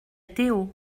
théo